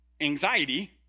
anxiety